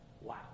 Wow